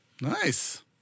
Nice